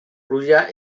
pluja